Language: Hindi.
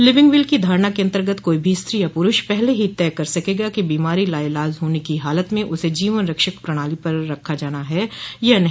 लिविंग विल की धारणा के अंतर्गत कोई भी स्त्री या पुरूष पहले ही तय कर सकेगा कि बीमारी लाइलाज होने की हालत में उसे जीवन रक्षक प्रणाली पर रेखा जाना है या नहीं